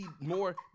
more